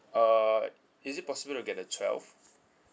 uh is it possible to get the twelve